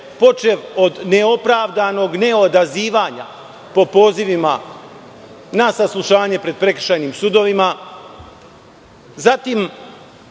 počev od neopravdanog neodazivanja po pozivima na saslušanje pred prekršajnim sudovima,